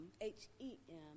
H-E-M